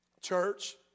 Church